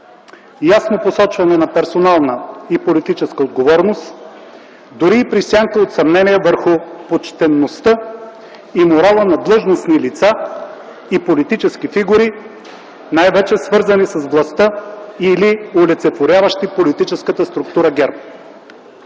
ясно посочване на персонална и политическа отговорност, дори и при сянка от съмнение върху почтеността и морала на длъжностни лица и политически фигури, най-вече свързани с властта или олицетворяващи политическата структура ГЕРБ.